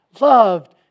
loved